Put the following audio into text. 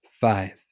five